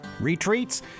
retreats